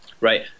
Right